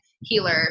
healer